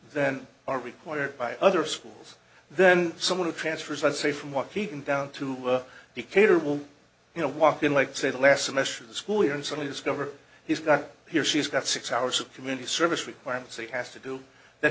then are required by other schools then some of the transfers i say from waukegan down to the caterer will you know walk in like say the last semester the school year and suddenly discover he's got here she's got six hours of community service requirements he has to do that